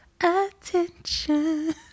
attention